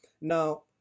Now